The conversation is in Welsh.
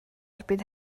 erbyn